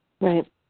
Right